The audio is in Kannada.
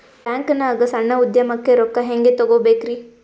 ಬ್ಯಾಂಕ್ನಾಗ ಸಣ್ಣ ಉದ್ಯಮಕ್ಕೆ ರೊಕ್ಕ ಹೆಂಗೆ ತಗೋಬೇಕ್ರಿ?